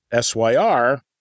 SYR